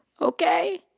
Okay